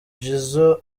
jizzo